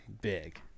big